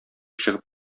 чыгып